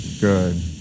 Good